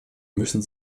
müssen